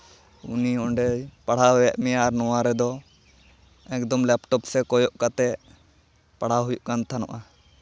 ᱩᱱᱤ ᱚᱸᱰᱮᱭ ᱯᱟᱲᱦᱟᱣ ᱮᱜ ᱢᱮᱭᱟ ᱟᱨ ᱱᱚᱣᱟ ᱨᱮᱫᱚ ᱮᱠᱫᱚᱢ ᱞᱮᱯᱴᱚᱯ ᱥᱮᱫ ᱠᱚᱭᱚᱜ ᱠᱟᱛᱮᱫ ᱯᱟᱲᱦᱟᱣ ᱦᱩᱭᱩᱜ ᱠᱟᱱ ᱛᱟᱦᱮᱱᱚᱜᱼᱟ